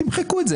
תמחקו את זה.